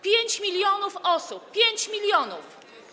5 mln osób - 5 mln.